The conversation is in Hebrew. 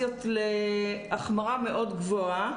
אינדיקציות להחמרה מאוד גבוהה.